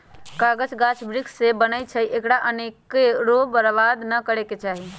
कागज गाछ वृक्ष से बनै छइ एकरा अनेरो बर्बाद नऽ करे के चाहि